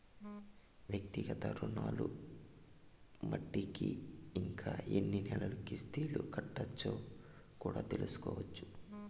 వ్యక్తిగత రుణాలు మట్టికి ఇంకా ఎన్ని నెలలు కిస్తులు కట్టాలో కూడా తెల్సుకోవచ్చు